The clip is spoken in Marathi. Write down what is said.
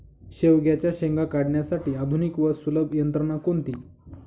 शेवग्याच्या शेंगा काढण्यासाठी आधुनिक व सुलभ यंत्रणा कोणती?